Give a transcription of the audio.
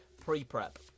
pre-prep